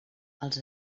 els